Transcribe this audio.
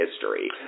history